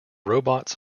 robots